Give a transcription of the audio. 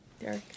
Derek